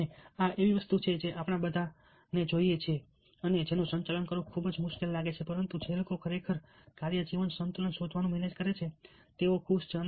અને આ એવી વસ્તુ છે જે આપણે બધા જોઈએ છીએ અને જેનું સંચાલન કરવું આપણને ખૂબ જ મુશ્કેલ લાગે છે પરંતુ જે લોકો ખરેખર કાર્ય જીવન સંતુલન શોધવાનું મેનેજ કરે છે તેઓ ખુશ લોકો છે